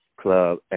Club